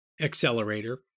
accelerator